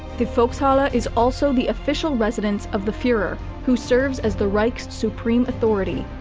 the volkshalle ah is also the official residence of the fuhrer, who serves as the reich's supreme authority.